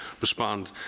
respond